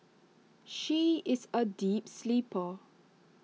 she is A deep sleeper